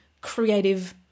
creative